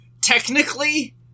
Technically